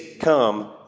come